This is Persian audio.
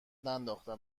ننداختم